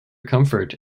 comfort